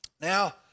Now